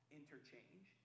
interchange